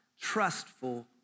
trustful